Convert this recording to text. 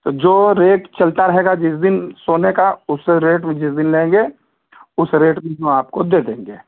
तो जो रेट चलता रहेगा जिस दिन सोने का उस रेट में जिस दिन लेंगे उस रेट में हम आपको दे देंगे